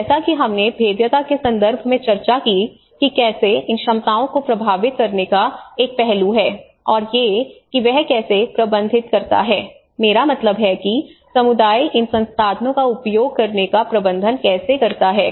फिर जैसा कि हमने भेद्यता के संदर्भ में चर्चा की कि कैसे इन क्षमताओं को प्रभावित करने का एक पहलू है और ये कि वह कैसे प्रबंधित करता है मेरा मतलब है कि समुदाय इन संसाधनों का उपयोग करने का प्रबंधन करता है